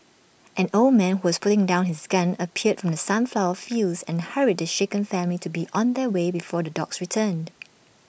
an old man who was putting down his gun appeared from the sunflower fields and hurried the shaken family to be on their way before the dogs return